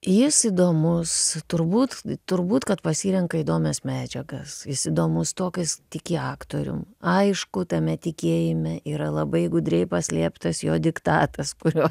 jis įdomus turbūt turbūt kad pasirenka įdomias medžiagas jis įdomus tuo kad jis tiki aktorium aišku tame tikėjime yra labai gudriai paslėptas jo diktatas kuriuo